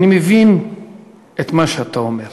אני מבין את מה שאתה אומר,